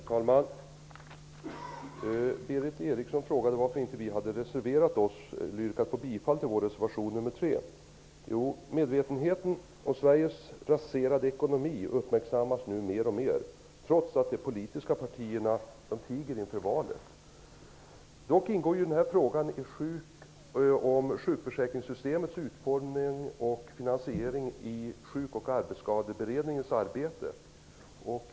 Herr talman! Berith Eriksson frågade varför vi inte yrkade bifall till vår reservation nr 3. Medvetenheten om Sveriges raserade ekonomi ökar nu mer och mer trots att de politiska partierna tiger inför valet. Den här frågan om sjukförsäkringssystemets utformning och finansiering ingår ju i Sjuk och arbetsskadeberedningens arbete.